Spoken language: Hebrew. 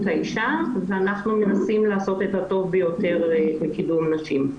האישה ואנחנו מנסים לעשות את הטוב ביותר לקידום נשים.